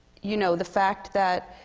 you know, the fact that